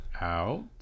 out